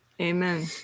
amen